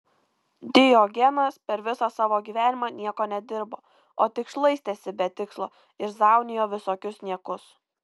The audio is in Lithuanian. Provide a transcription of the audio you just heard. diogenas per visą savo gyvenimą nieko nedirbo o tik šlaistėsi be tikslo ir zaunijo visokius niekus